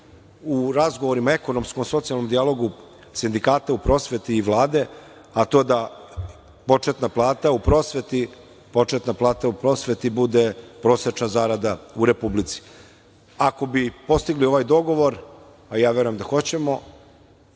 u razgovorima, u ekonomskom, socijalnom dijalogu sindikata u prosveti i Vlade, a to da početna plata u prosveti bude prosečna zarada u Republici. Ako bi postigli ovaj dogovor, a ja verujem da hoćemo,